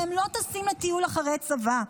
והם לא טסים לטיול אחרי צבא,